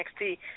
NXT